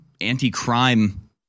anti-crime